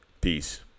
Peace